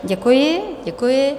Děkuji, děkuji.